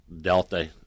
Delta